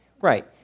Right